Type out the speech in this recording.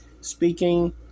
speaking